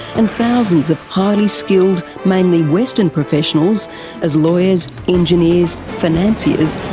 and thousands of highly skilled mainly western professionals as lawyers, engineers, financiers